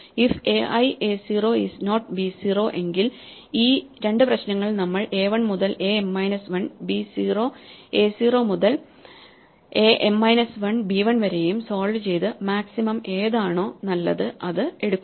if ai a 0 is not b 0 എങ്കിൽ ഈ രണ്ട് പ്രശ്നങ്ങൾ നമ്മൾ a1 മുതൽ A m minus 1 b 0 a 0 മുതൽ a0 മുതൽ എ m മൈനസ് 1 b 1 വരെയും സോൾവ് ചെയ്ത് മാക്സിമം ഏതാണോ നല്ലത് അത് എടുക്കുന്നു